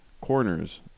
corners